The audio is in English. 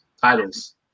titles